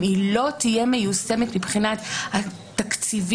היא לא תהיה מיושמת מבחינת התקציבים,